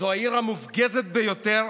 זו העיר המופגזת ביותר